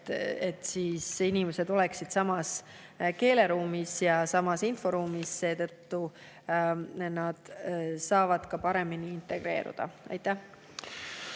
et inimesed oleksid samas keeleruumis ja samas inforuumis. Siis saavad nad ka paremini integreeruda. Aitäh!